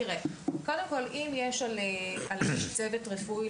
קודם כל אם יש על איש צוות רפואי,